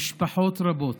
למשפחות רבות